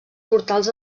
portals